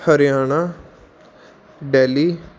Haryana Delhi